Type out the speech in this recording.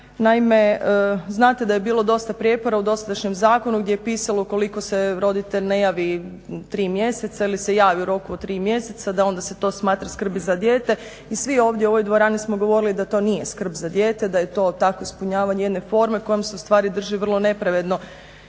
naime, znate da je bilo dosta prijepora u dosadašnjem zakonu gdje je pisalo ukoliko se roditelj ne javi 3 mjeseca ili se javi u roku od 3 mjeseca, da onda se to smatra da skrbi za dijete. I svi ovdje u ovoj dvorani smo govorili da to nije skrb za dijete, da je to tako ispunjavanje jedne forme kojom se ustvari drži vrlo nepravedno,